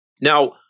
Now